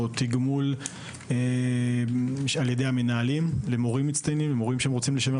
או תגמול על ידי מנהלים למורים מצטיינים שהם רוצים לשמר